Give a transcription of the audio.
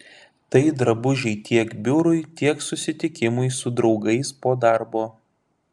tai drabužiai tiek biurui tiek susitikimui su draugais po darbo